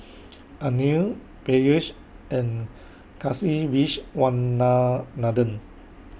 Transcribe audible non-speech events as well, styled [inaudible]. Anil Peyush and [unintelligible]